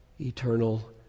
eternal